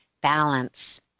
Balance